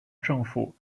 政府